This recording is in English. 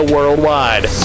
Worldwide